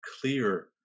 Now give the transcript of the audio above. clear